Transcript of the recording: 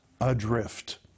adrift